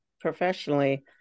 professionally